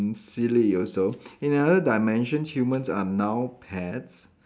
silly also in another dimension humans are now pets